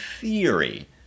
theory